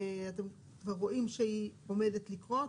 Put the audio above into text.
אתם רואים שהיא עומדת לקרות,